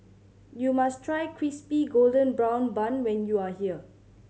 you must try Crispy Golden Brown Bun when you are here